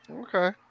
Okay